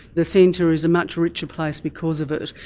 the centre is a much richer place because of it,